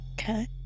Okay